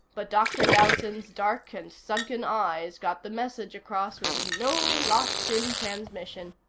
but dr. dowson's dark and sunken eyes got the message across with no loss in transmission.